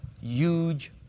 huge